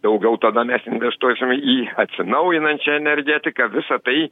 daugiau tada mes investuojame į atsinaujinančią energetiką visa tai